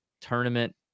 tournament